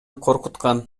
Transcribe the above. коркуткан